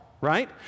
right